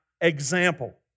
example